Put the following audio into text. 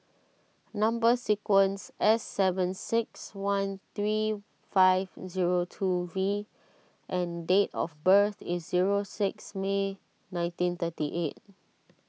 Number Sequence S seven six one three five zero two V and date of birth is zero six May nineteen thirty eight